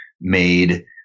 made